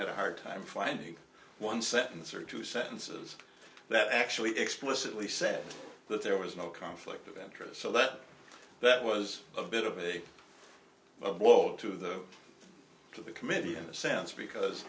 had a hard time finding one sentence or two sentences that actually explicitly said that there was no conflict of interest so that that was a bit of a blow to the to the committee in a sense